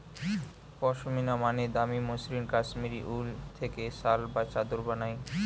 পশমিনা মানে দামি মসৃণ কাশ্মীরি উল থেকে শাল বা চাদর বানায়